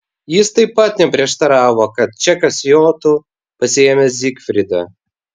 jis taip pat neprieštaravo kad čekas jotų pasiėmęs zigfridą